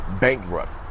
bankrupt